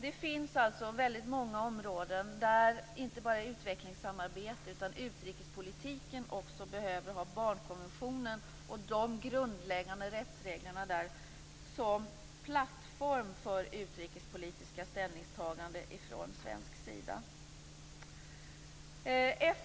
Det finns alltså väldigt många områden där inte bara utvecklingssamarbetet utan också utrikespolitiken behöver ha barnkonventionen och dess grundläggande rättsregler som plattform för utrikespolitiska ställningstaganden från svensk sida.